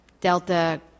delta